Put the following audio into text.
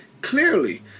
clearly